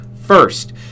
first